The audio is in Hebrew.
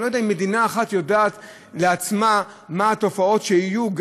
אני לא יודע אם מדינה אחת יודעת בעצמה אילו התופעות יהיו,